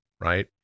right